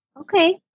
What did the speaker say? Okay